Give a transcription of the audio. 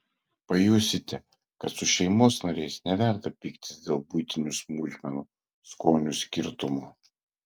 pajusite kad su šeimos nariais neverta pyktis dėl buitinių smulkmenų skonių skirtumo